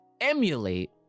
emulate